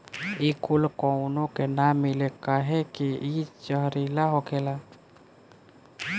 इ कूल काउनो के ना मिले कहे की इ जहरीला होखेला